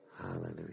hallelujah